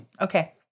okay